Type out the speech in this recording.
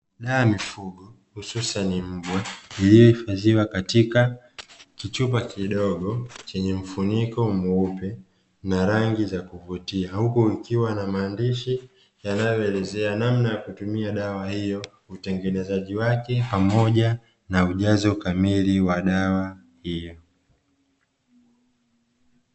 Dawa ya mifugo hususani mbwa, iliyohifadhiwa katika kichupa kidogo chenye mfuniko mweupe na rangi za kuvutia, huku ikiwa na maandishi yanayoelezea namna ya kutumia dawa hiyo, utengenezaji wake pamoja na ujazo kamili wa dawa hiyo.